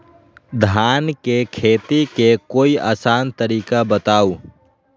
धान के खेती के कोई आसान तरिका बताउ?